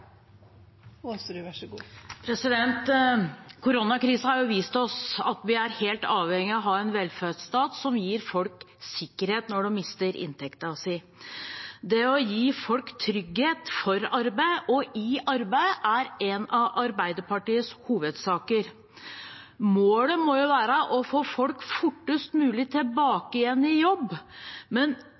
helt avhengig av å ha en velferdsstat som gir folk sikkerhet når de mister inntekten sin. Det å gi folk trygghet for arbeid, og i arbeid, er en av Arbeiderpartiets hovedsaker. Målet må være å få folk fortest mulig tilbake igjen i jobb, men